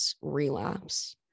relapse